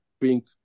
pink